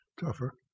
tougher